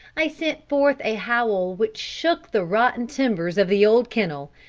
i sent forth a howl which shook the rotten timbers of the old kennel,